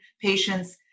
patients